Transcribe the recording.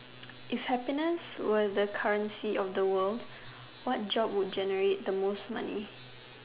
if happiness were the currency of the world what job would generate the most money